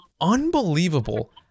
Unbelievable